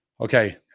Okay